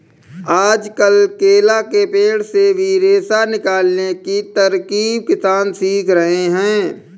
आजकल केला के पेड़ से भी रेशा निकालने की तरकीब किसान सीख रहे हैं